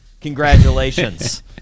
Congratulations